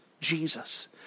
Jesus